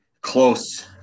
Close